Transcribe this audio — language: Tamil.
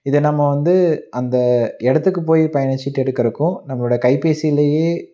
இது நம்ம வந்து அந்த இடத்துக்கு போய் பயணச்சீட்டு எடுக்கிறதுக்கும் நம்மளோடய கைபேசிலேயே